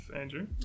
Andrew